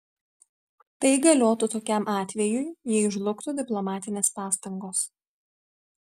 tai galiotų tokiam atvejui jei žlugtų diplomatinės pastangos